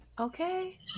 Okay